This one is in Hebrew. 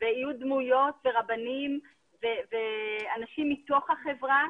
ויהיו דמויות ורבנים ואנשים מתוך החברה,